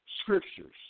scriptures